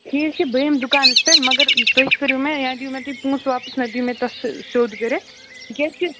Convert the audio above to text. ٹھیٖک چھِ بہٕ یِمہٕ دُکانَس پٮ۪ٹھ مگر تُہۍ کٔرِو مےٚ یا دِیِو مےٚ تُہۍ پونٛسہٕ واپَس نَتہٕ دِیِو مےٚ تَتھ سُہ سیوٚد کٔرِتھ کیٛازِکہِ